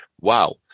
Wow